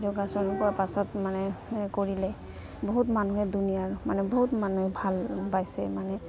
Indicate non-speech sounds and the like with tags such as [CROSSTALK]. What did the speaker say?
যোগচন কৰাৰ পাছত মানে কৰিলে বহুত মানুহে [UNINTELLIGIBLE] মানে বহুত মানুহে ভাল পাইছে মানে